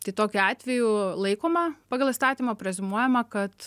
tai tokiu atveju laikoma pagal įstatymą preziumuojama kad